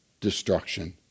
destruction